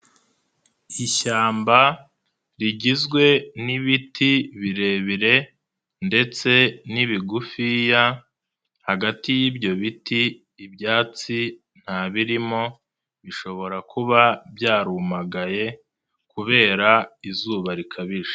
Ishyamba rigizwe n'ibiti birebire ndetse n'ibigufiya, hagati y'ibyo biti ibyatsi ntabirimo bishobora kuba byarumagaye kubera izuba rikabije.